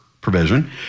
provision